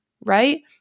right